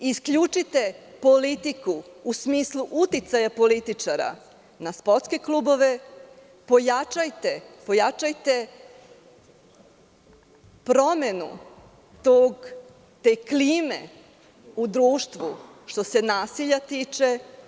Isključite politiku u smislu uticaja političara na sportske klubove, pojačajte promenu te klime u društvu, što se nasilja tiče.